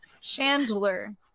Chandler